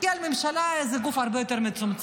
כי הממשלה היא איזה גוף הרבה יותר מצומצם.